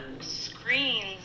Screens